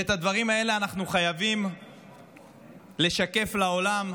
ואת הדברים האלה אנחנו חייבים לשקף לעולם.